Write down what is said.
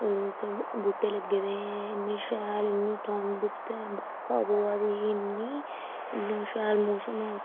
बूह्टे लग्गे दे हे इन्ने शैल इन्नी ठंड उत्थे बरखा पौवा दी ही इन्नी इन्ना शैल मौसम हा